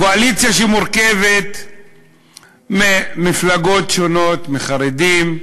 קואליציה שמורכבת ממפלגות שונות, מחרדים,